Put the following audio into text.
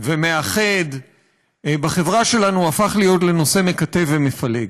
ומאחד בחברה שלנו הפך להיות נושא מקטב ומפלג.